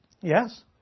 Yes